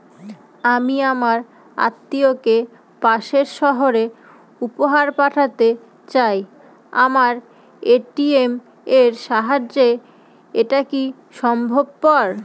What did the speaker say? আমি আমার আত্মিয়কে পাশের সহরে উপহার পাঠাতে চাই আমার এ.টি.এম এর সাহায্যে এটাকি সম্ভবপর?